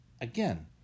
again